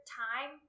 time